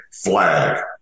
flag